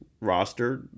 roster